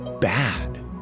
bad